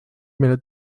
mille